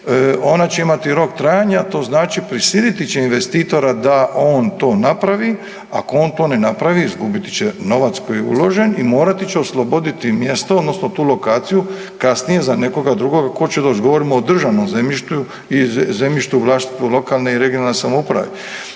Ona će imati rok trajanja. To znači prisiliti će investitora da on to napravi. Ako on to ne napravi izgubit će novac koji je uložen i morat će osloboditi mjesto odnosno tu lokaciju kasnije za nekoga drugoga tko će doći. Govorimo o državnom zemljištu i zemljištu u vlasništvu lokalne i regionalne samouprave.